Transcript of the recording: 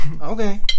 okay